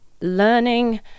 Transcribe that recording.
learning